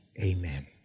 Amen